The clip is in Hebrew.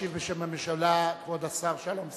ישיב בשם הממשלה כבוד השר שלום שמחון,